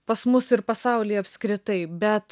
pas mus ir pasaulyje apskritai bet